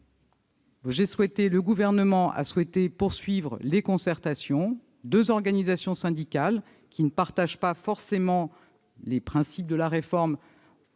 Le Gouvernement a souhaité poursuivre les concertations. Deux organisations syndicales, qui ne partagent pas forcément les principes de la réforme,